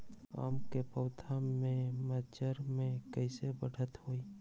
आम क पौधा म मजर म कैसे बढ़त होई?